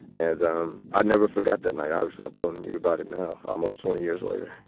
and um i never forgot that. and i was telling you about it now, almost twenty years later